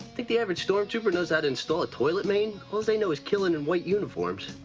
think the average stormtrooper knows that install a toilet main? all's they know is killing and white uniforms.